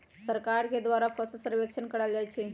सरकार के द्वारा फसल सर्वेक्षण करायल जाइ छइ